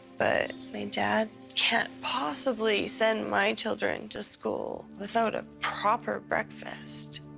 but my dad can't possibly send my children to school without a proper breakfast.